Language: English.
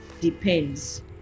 depends